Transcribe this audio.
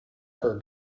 her